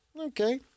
okay